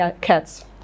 cats